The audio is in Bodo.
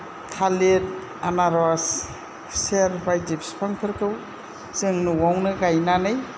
थालिर आनारस खुसेर बायदि फिफांफोरखौ जों नआवनो गायनानै